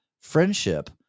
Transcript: friendship